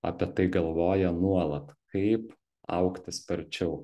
apie tai galvoja nuolat kaip augti sparčiau